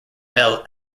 bel